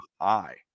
high